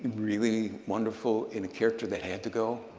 really wonderful in a character that had to go,